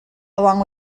along